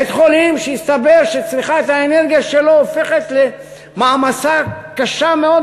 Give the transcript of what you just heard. בית-חולים שהסתבר שצריכת האנרגיה שלו הופכת למעמסה קשה מאוד